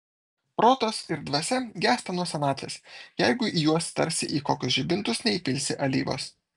protas ir dvasia gęsta nuo senatvės jeigu į juos tarsi į kokius žibintus neįpilsi alyvos